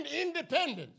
independence